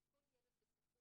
על כל ילד בסיכון,